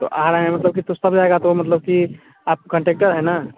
तो आ रहे हैं मतलब कि तो सब जाएगा तो मतलब कि आप कन्टेक्टर हैं ना